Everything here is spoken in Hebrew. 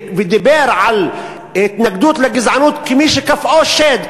והוא דיבר על התנגדות לגזענות כמי שכפאו שד,